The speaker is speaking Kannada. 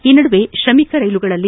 ಈ ನಡುವೆ ಶ್ರಮಿಕ್ ರೈಲುಗಳಲ್ಲಿ